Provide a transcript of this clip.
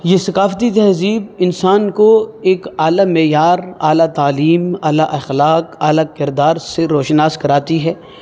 یہ ثقافتی تہذیب انسان کو ایک اعلیٰ معیار اعلیٰ تعلیم اعلیٰ اخلاق اعلیٰ کردار سے روشناس کراتی ہے